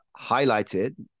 highlighted